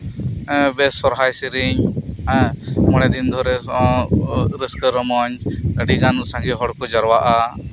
ᱵᱮᱥ ᱥᱚᱨᱦᱟᱭ ᱥᱮᱨᱮᱧ ᱢᱚᱬᱮ ᱫᱤᱱ ᱫᱷᱚᱨᱮ ᱨᱟᱹᱥᱠᱟᱹ ᱨᱚᱢᱚᱡ ᱟᱹᱰᱤᱜᱟᱱ ᱥᱟᱸᱜᱮ ᱦᱚᱲᱠᱚ ᱡᱟᱨᱣᱟᱜ ᱟ